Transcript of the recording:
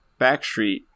backstreet